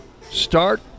start